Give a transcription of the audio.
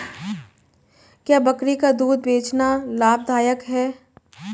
क्या बकरी का दूध बेचना लाभदायक है?